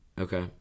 Okay